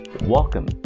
Welcome